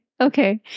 okay